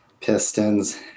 Pistons